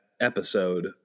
episode